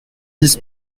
dix